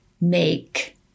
make